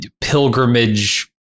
pilgrimage